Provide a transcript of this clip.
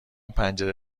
پنجره